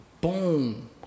Boom